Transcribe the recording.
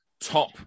top